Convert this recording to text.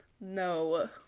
No